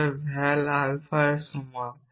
তবে val alpha এর সমান